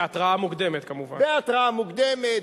בהתראה מוקדמת,